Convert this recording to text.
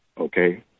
Okay